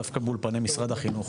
דווקא באולפני משרד החינוך,